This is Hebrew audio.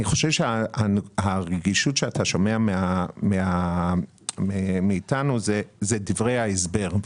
אני חושב שהרגישות שאתה שומע מאיתנו היא דברי ההסבר.